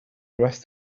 rest